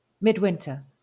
Midwinter